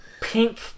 pink